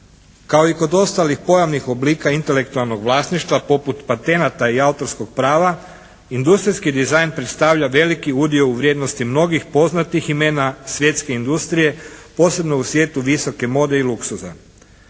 Kao i kod ostalih pojavnih oblika intelektualnog vlasništva poput patenata i autorskog prava industrijski dizajn predstavlja veliki udio u vrijednosti mnogi poznatih imena svjetske industrije, posebno u svijetu visoke mode i luksuza.